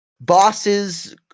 bosses